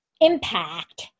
impact